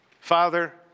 Father